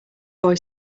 boy